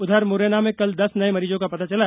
उधर मुरैना में कल दस नये मरीजों का पता चला